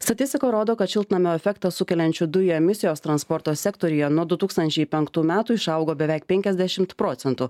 statistika rodo kad šiltnamio efektą sukeliančių dujų emisijos transporto sektoriuje nuo du tūkstančiai penktų metų išaugo beveik penkiasdešimt procentų